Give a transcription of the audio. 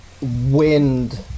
wind